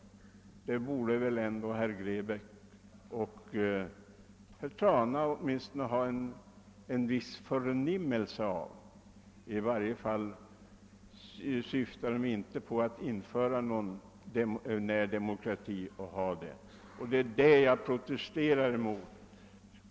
Det borde väl ändå herr Grebäck och herr Trana ha åtminstone en viss uppfattning om. I varje fall syftar de inte till att införa någon närdemokrati, och det är vad jag protesterar mot.